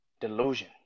delusion